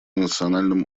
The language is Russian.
национальном